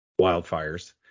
wildfires